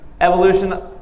evolution